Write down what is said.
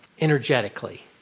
energetically